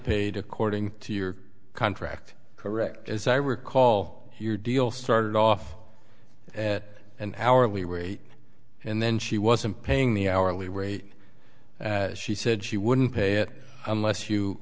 paid according to your contract correct as i recall your deal started off at an hourly rate and then she wasn't paying the hourly rate as she said she wouldn't pay it unless you